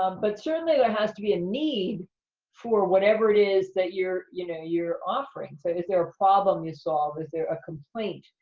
um but certainly, there has to be a need for whatever it is that you're, you know, you're offering. so is there a problem you solve? is there a complaint?